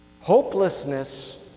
hopelessness